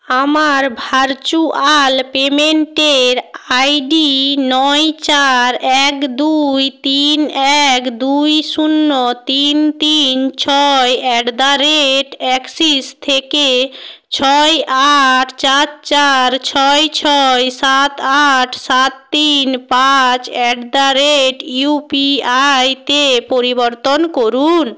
আমার ভার্চুয়াল পেমেন্টের I D নয় চার এক দুই তিন এক দুই শূন্য তিন তিন ছয় অ্যাট দা রেট অ্যাক্সিস থেকে ছয় আট চার চার ছয় ছয় সাত আট সাত তিন পাঁচ অ্যাট দা রেট ইউপিআইতে পরিবর্তন করুন